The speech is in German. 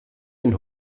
den